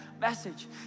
message